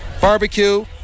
barbecue